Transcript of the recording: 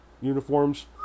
uniforms